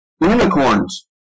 Unicorns